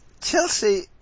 Chelsea